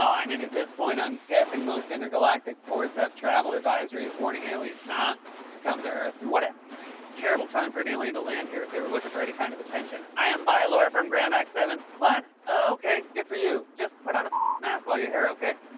i mean, at this point, i'm guessing most intergalactic ports have travel advisories warning aliens not to come to earth. and what a terrible time for an alien to land here, if they were lookin' for any kind of attention. i am bylor from grammax seven. what! okay, good for you. just put on a mask while you're here, okay?